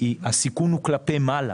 הסיכון הוא כלפי מעלה,